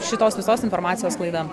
šitos visos informacijos sklaida